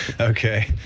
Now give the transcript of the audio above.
Okay